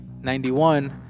91